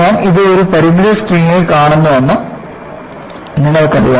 ഞാൻ ഇത് ഒരു പരിമിത സ്ക്രീനിൽ കാണിക്കുന്നുവെന്ന് നിങ്ങൾക്കറിയാം